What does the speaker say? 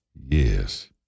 Yes